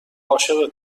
عاشق